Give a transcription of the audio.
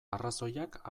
arrazoiak